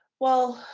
well,